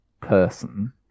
person